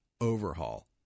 overhaul